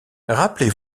rappelez